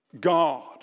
God